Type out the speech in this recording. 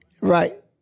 Right